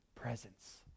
presence